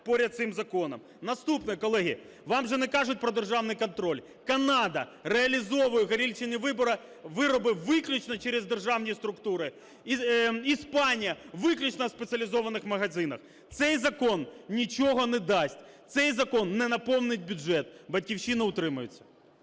Наступне, колеги. Вам же не кажуть про державний контроль. Канада реалізовує горілчані вироби виключно через державні структури. Іспанія виключно в спеціалізованих магазинах. Цей закон нічого не дасть. Цей закон не наповнить бюджет. "Батьківщина" утримається.